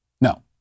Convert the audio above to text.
no